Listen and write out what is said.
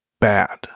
bad